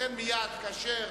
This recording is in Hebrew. מייד כאשר